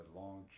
long